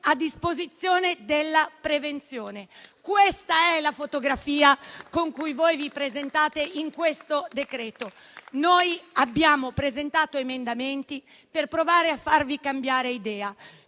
a disposizione della prevenzione. Questa è la fotografia con cui voi vi presentate in questo decreto. Noi abbiamo presentato emendamenti per provare a farvi cambiare idea.